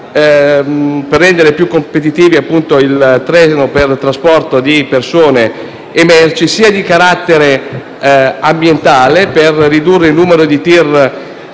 per rendere più competitivo il treno per il trasporto di persone e merci; di carattere ambientale, per ridurre il numero di TIR